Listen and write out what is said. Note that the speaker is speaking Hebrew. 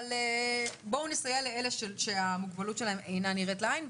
אבל בואו נסייע לאלה שהמוגבלות שלהם אינה נראית לעין,